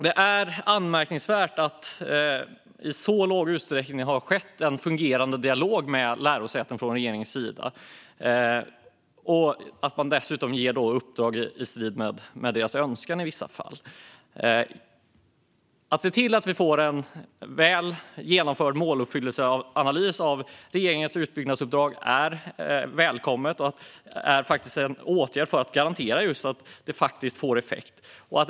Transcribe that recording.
Det är anmärkningsvärt att det från regeringens sida i så låg utsträckning har funnits en dialog med lärosätena och att man i vissa fall dessutom har gett uppdrag i strid med deras önskan. Att vi får en väl genomförd måluppfyllelseanalys av regeringens utbyggnadsuppdrag är välkommet, och det är en förutsättning för att garantera att detta får en faktisk effekt.